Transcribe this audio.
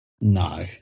No